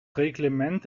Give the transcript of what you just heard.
reglement